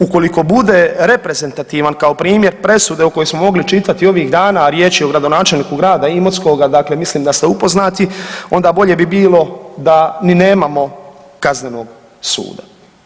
Ukoliko bude reprezentativan kao primjer presude o kojoj smo mogli čitati ovih dana, a riječ je o gradonačelniku grada Imotskoga, dakle mislim da ste upoznati onda bolje bi bilo da ni nemamo kaznenog suda.